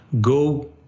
go